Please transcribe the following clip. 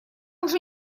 уже